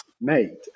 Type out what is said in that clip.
made